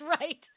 right